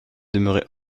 demeurée